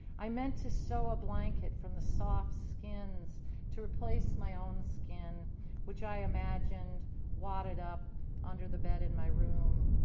i meant to sew a blanket from the soft skins to replace my own skin which i imagine wadded up under the bed in my room,